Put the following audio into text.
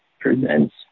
presents